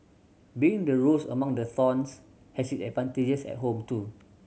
being the rose among the thorns has its advantages at home too